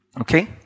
Okay